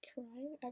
Crying